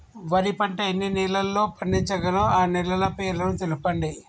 వరి పంట ఎన్ని నెలల్లో పండించగలం ఆ నెలల పేర్లను తెలుపండి?